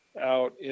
out